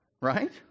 right